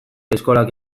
eskolak